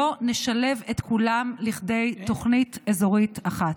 אם לא נשלב את כולן לכדי תוכנית אזורית אחת.